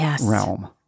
realm